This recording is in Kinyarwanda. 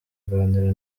aganira